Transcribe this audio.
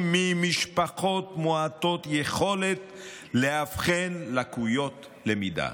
ממשפחות מועטות יכולת לאבחון לקויות למידה.